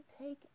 take